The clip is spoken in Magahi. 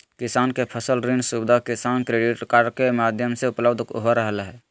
किसान के फसल ऋण सुविधा किसान क्रेडिट कार्ड के माध्यम से उपलब्ध हो रहल हई